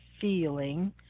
feeling